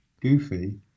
Goofy